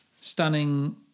stunning